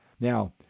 Now